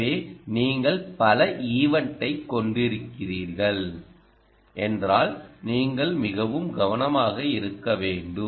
எனவே நீங்கள் பல ஈவென்ட்ஐ கொண்டிருக்கிறீர்கள் என்றால் நீங்கள் மிகவும் கவனமாக இருக்க வேண்டும்